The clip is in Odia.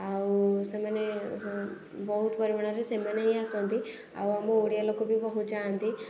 ଆଉ ସେମାନେ ବହୁତ ପରିମାଣରେ ସେମାନେ ହିଁ ଆସନ୍ତି ଆଉ ଆମ ଓଡ଼ିଆ ଲୋକ ବି ବହୁତ ଯାଆନ୍ତି